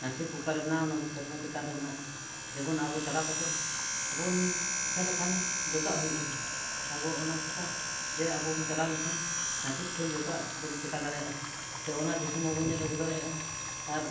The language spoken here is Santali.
ᱱᱟᱹᱥᱤᱵ ᱚᱠᱟᱨᱮ ᱢᱮᱱᱟᱜᱼᱟ ᱚᱱᱟᱫᱚ ᱥᱮᱨᱢᱟ ᱪᱮᱛᱟᱱ ᱨᱮ ᱢᱮᱱᱟᱜᱼᱟ ᱡᱮᱢᱚᱱ ᱟᱵᱚ ᱪᱟᱞᱟᱣ ᱠᱟᱛᱮᱫ ᱟᱵᱚ ᱵᱚᱱ ᱤᱪᱪᱷᱟ ᱞᱮᱠᱷᱟᱱ ᱡᱚᱛᱚᱣᱟᱜ ᱦᱩᱭᱩᱜᱼᱟ ᱟᱵᱚ ᱚᱱᱟ ᱪᱤᱠᱟ ᱡᱮ ᱟᱵᱚ ᱵᱚᱱ ᱪᱟᱞᱟᱣ ᱞᱮᱱᱠᱷᱟᱱ ᱱᱟᱹᱥᱤᱵ ᱴᱷᱮᱱ ᱡᱚᱛᱚᱣᱟᱜ ᱵᱚᱱ ᱪᱤᱠᱟᱹ ᱫᱟᱲᱮᱭᱟᱜᱼᱟ ᱡᱮ ᱚᱱᱟ ᱫᱤᱥᱚᱢ ᱦᱚᱸᱵᱚᱱ ᱧᱮᱞ ᱟᱹᱜᱩ ᱫᱟᱲᱮᱭᱟᱜᱼᱟ ᱟᱨ